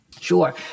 Sure